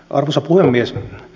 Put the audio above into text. arvoisa puhemies